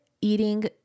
eating